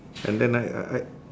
and then I I I